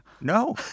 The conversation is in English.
No